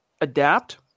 adapt